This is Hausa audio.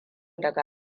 daga